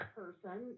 person